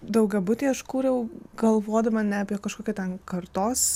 daugiabutį aš kūriau galvodama ne apie kažkokią ten kartos